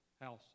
house